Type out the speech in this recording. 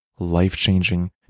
life-changing